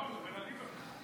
הוא מדבר על ליברמן.